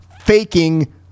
faking